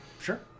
Sure